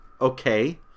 okay